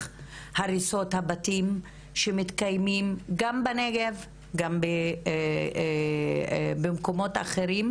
הריסות הבתים שמתקיימים גם בנגב וגם במקומות אחרים,